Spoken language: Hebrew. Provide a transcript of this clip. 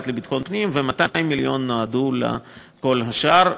לביטחון פנים ו-200 מיליון נועדו לכל השאר.